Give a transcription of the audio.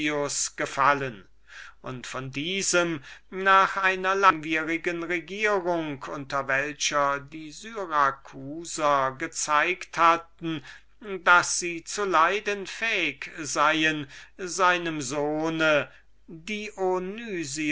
gefallen und von diesem nach einer langwierigen regierung unter welcher die syracusaner gewiesen hatten was sie zu leiden fähig seien seinem sohne